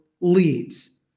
leads